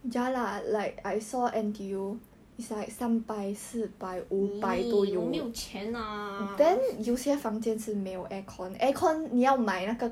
!ee! 我没有钱 lah